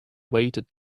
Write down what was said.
weighted